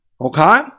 okay